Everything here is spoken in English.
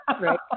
Right